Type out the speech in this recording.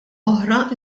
oħra